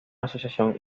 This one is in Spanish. asociación